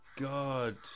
god